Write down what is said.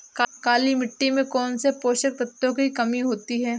काली मिट्टी में कौनसे पोषक तत्वों की कमी होती है?